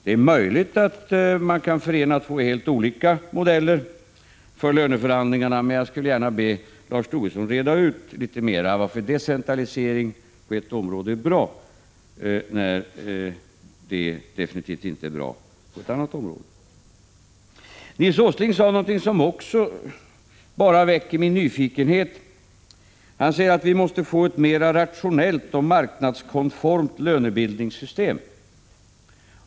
Det är möjligt att man kan förena två helt olika modeller för löneförhandlingarna. Men jag skulle vilja att Lars Tobisson litet mer reder ut varför decentralisering på ett område är bra när det definitivt inte är bra på ett annat område. Nils Åsling sade något som också bara väcker min nyfikenhet. Han menade att vi måste få ett mer rationellt och marknadskonformt lönebildningssystem.